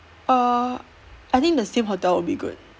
uh I think the same hotel would be good